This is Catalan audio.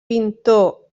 pintor